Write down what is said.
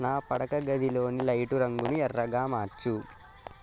నా పడకగదిలోని లైటు రంగును ఎర్రగా మార్చు